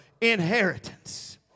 inheritance